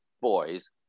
boys